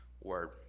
word